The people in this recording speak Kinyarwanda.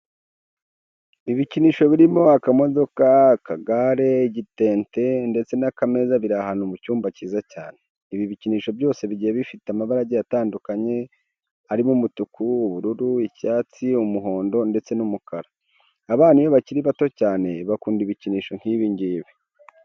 Ibikinisho birimo akamodoka, akagare, agitente ndetse n'akameza biri ahantu mu cyumba cyiza cyane. Ibi bikinisho byose bigiye bifite amabara agiye atandukanye arimo umutuku, ubururu, icyatsi, umuhondo ndetse n'umukara. Abana iyo bakiri batoya cyane bakunda ibikinisho nk'ibi ngibi.